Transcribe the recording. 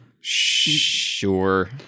sure